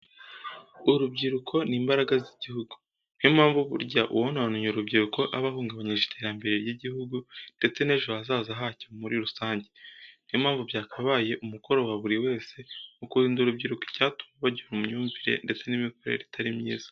Urubyiruko ni imbaraga z'igihugu, niyo mpamvu burya uwononnye urubyiruko aba ahungabanyije iterambere ry'igihugu ndetse n'ejo hazaza hacyo muri rusange. Niyo mpamvu byakabaye umukori wa buri wese mu kurinda urubyiruko icyatuma bagira imyumvire ndetse n'imikorere itari myiza.